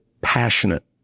passionate